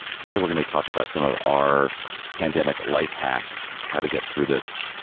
today, we're gonna talk about some of our pandemic life hacks, how to get through this